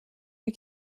you